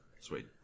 sweet